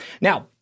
Now